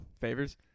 Favors